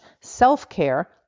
self-care